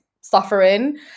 suffering